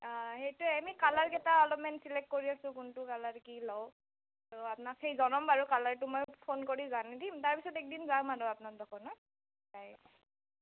অঁ সেইটোৱে আমি কালাৰ কেইটা অলপমান চিলেক্ট কৰি আছোঁ কোনটো কালাৰ কি লওঁ আপনাক জানাম বাৰু কালাৰটো মই ফোন কৰি জানি দিম তাৰ পিছত একদিন যাম আৰু আপ্নাৰ দোকানত